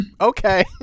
Okay